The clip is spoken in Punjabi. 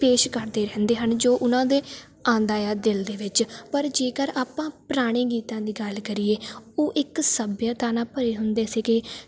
ਪੇਸ਼ ਕਰਦੇ ਰਹਿੰਦੇ ਹਨ ਜੋ ਉਨਾਂ ਦੇ ਆਉਂਦਾ ਏ ਆ ਦਿਲ ਦੇ ਵਿੱਚ ਪਰ ਜੇਕਰ ਆਪਾਂ ਪੁਰਾਣੇ ਗੀਤਾਂ ਦੀ ਗੱਲ ਕਰੀਏ ਉਹ ਇੱਕ ਸੱਭਿਅਤਾ ਨਾਲ ਭਰੇ ਹੁੰਦੇ ਸੀਗੇ